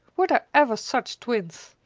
were there ever such twins!